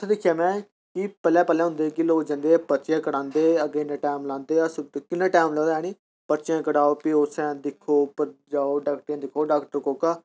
उत्थै दिक्खेआ में कि पलें पलें हुन जेह्के लोक जंदे हे पर्चियां कटांदे हे अग्गें इन्ना टैम लांदे हे अस्तपाल किन्ना टैम लगदा हा ऐ निं पर्चियां कटाओ फ्ही उसी दिक्खो उप्पर जाओ डाक्टरे ई दिक्खो डाक्टर कोह्का